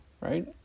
right